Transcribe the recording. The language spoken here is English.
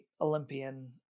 olympian